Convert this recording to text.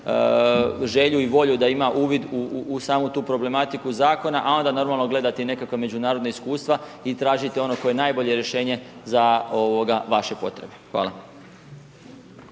želju i volju da ima uvid u samu tu problematiku zakona a onda normalno gledati i nekakva međunarodna iskustva i tražiti ono koje je najbolje rješenje za vaše potrebe. Hvala.